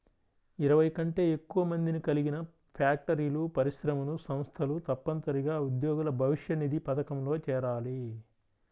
ఇరవై కంటే ఎక్కువ మందిని కలిగిన ఫ్యాక్టరీలు, పరిశ్రమలు, సంస్థలు తప్పనిసరిగా ఉద్యోగుల భవిష్యనిధి పథకంలో చేరాలి